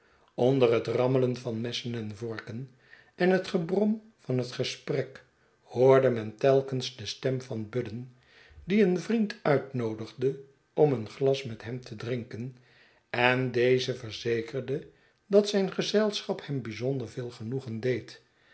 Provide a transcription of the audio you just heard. onder het rammelen van messen en vorken en het gebrom van het gesprek hoorde men telkens de stem van budden die een vriend uitnoodigde om een glas met hem te drinken en dezen verzekerde dat zijn gezelschap hem bijzonder veel genoegen deed